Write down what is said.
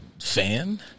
fan